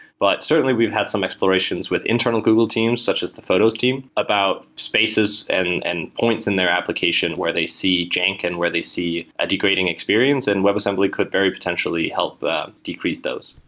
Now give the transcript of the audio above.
but certainly we've had some explorations with internal google teams, such as the photos team, about spaces and and points in their application where they see and where they see a degrading experience, and webassembly could very potentially help decrease those.